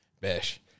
Besh